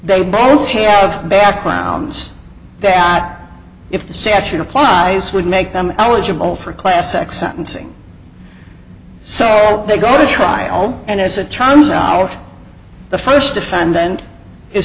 they both have backgrounds they are not if the statute applies would make them eligible for class x sentencing so they go to trial and as it turns out the first defendant is